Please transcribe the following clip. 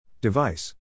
Device